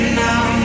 now